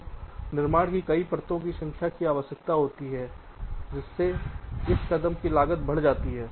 तो निर्माण की कई परतो की संख्या की आवश्यकता होती है जिससे इस कदम की लागत बढ़ जाती है